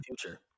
future